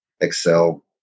Excel